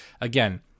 again